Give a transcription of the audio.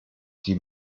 die